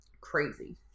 Crazy